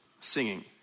singing